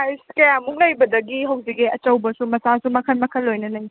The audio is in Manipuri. ꯄ꯭ꯔꯥꯏꯖ ꯀꯌꯥꯃꯨꯛ ꯂꯩꯕꯗꯒꯤ ꯍꯧꯁꯤꯒꯦ ꯑꯆꯧꯕꯁꯨ ꯃꯆꯥꯁꯨ ꯃꯈꯟ ꯃꯈꯟ ꯂꯣꯏꯅ ꯂꯩ